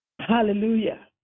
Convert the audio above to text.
Hallelujah